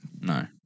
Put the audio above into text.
No